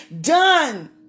done